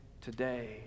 today